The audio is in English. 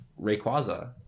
Rayquaza